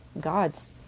God's